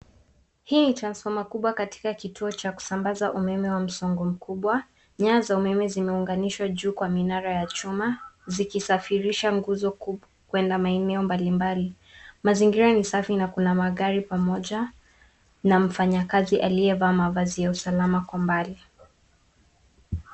Hii ni transfoma kubwa katika kituo cha kusambaza umeme wa msongo mkubwa. Nyaya za umeme zimeunganishwa juu kwa minara ya chuma zikisafirisha nguzo kuenda maeneo mbalimbali. Mazingira ni safi na kuna magari pamoja na mfanyakazi aliyevaa mavazi ya usalama kwa mbali.